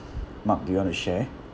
mark do you want to share